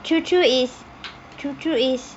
choo-choo is choo-choo is